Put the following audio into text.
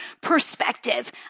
perspective